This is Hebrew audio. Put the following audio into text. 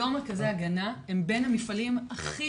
היום מרכזי ההגנה הם בין המפעלים הכי